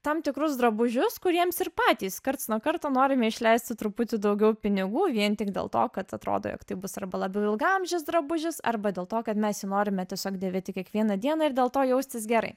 tam tikrus drabužius kuriems ir patys karts nuo karto norime išleisti truputį daugiau pinigų vien tik dėl to kad atrodo jog taip bus arba labiau ilgaamžis drabužis arba dėl to kad mes jį norime tiesiog dėvėti kiekvieną dieną ir dėl to jaustis gerai